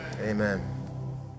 amen